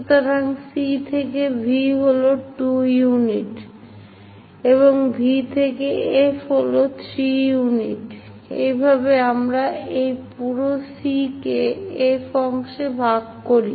সুতরাং C থেকে V হল 2 ইউনিট এবং V থেকে F হল 3 ইউনিট এভাবে আমরা এই পুরো C কে F অংশে ভাগ করি